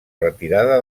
retirada